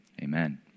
Amen